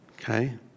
okay